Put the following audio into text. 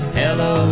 hello